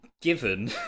given